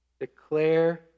Declare